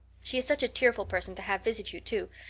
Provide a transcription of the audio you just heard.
she is such a cheerful person to have visit you, too.